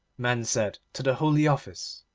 men said, to the holy office,